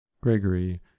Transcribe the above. Gregory